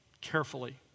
carefully